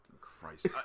Christ